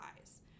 eyes